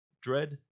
dread